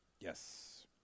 yes